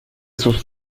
sus